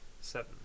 Seven